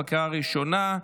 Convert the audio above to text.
בקריאה ראשונה.